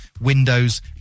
windows